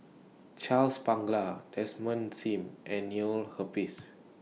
Charles Paglar Desmond SIM and Neil Humphreys